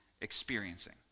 experiencing